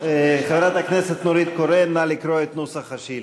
חברת הכנסת נורית קורן, נא לקרוא את נוסח השאילתה.